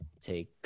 take